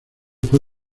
fue